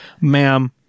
ma'am